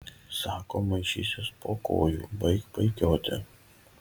sako maišysis po kojų baik paikioti